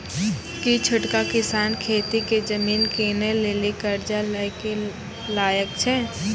कि छोटका किसान खेती के जमीन किनै लेली कर्जा लै के लायक छै?